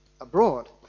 abroad